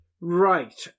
Right